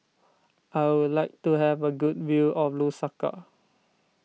I would like to have a good view of Lusaka